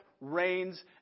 reigns